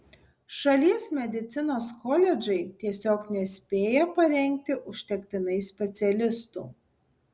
šalies medicinos koledžai tiesiog nespėja parengti užtektinai specialistų